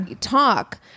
Talk